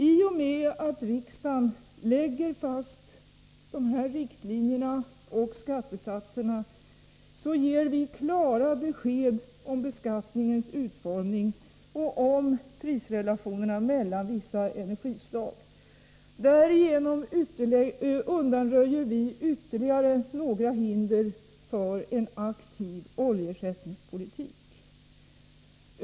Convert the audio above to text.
I och med att riksdagen lägger fast de här riktlinjerna och skattesatserna ger vi klara besked om beskattningens utformning och om prisrelationerna mellan vissa energislag. Därigenom undanröjer vi ytterligare några hinder för en aktiv oljeersättningspolitik.